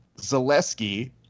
Zaleski